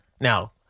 Now